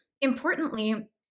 Importantly